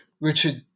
Richard